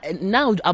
Now